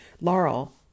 Laurel